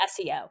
SEO